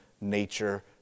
nature